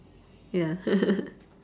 ya